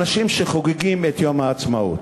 אנשים שחוגגים את יום העצמאות.